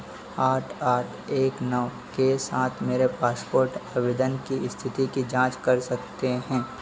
आठ आठ एक नौ के साथ मेरे पासपोर्ट आवेदन की स्थिति की जाँच कर सकते हैं